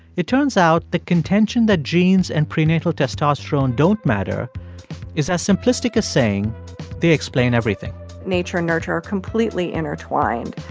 it turns out the contention that genes and prenatal testosterone don't matter is as simplistic as saying they explain everything nature and nurture are completely intertwined.